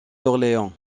d’orléans